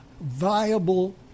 viable